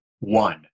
one